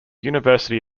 university